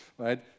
right